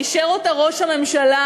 אישר אותה ראש הממשלה.